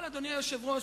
אדוני היושב-ראש,